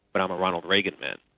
but i'm a ronald reagan man.